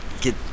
get